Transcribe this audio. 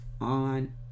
on